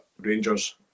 Rangers